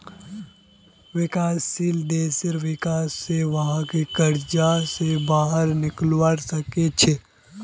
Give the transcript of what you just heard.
विकासशील देशेर विका स वहाक कर्ज स बाहर निकलवा सके छे